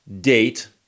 DATE